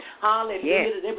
Hallelujah